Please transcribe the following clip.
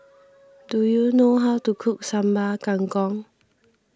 do you know how to cook Sambal Kangkong